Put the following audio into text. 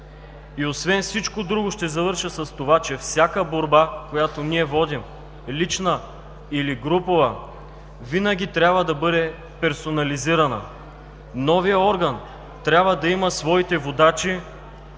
Освен всичко друго ще завърша с това, че всяка борба, която ние водим – лична или групова, винаги трябва да бъде персонализирана. Новият орган трябва да има своите водачи.